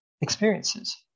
experiences